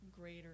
greater